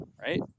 Right